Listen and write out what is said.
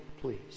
please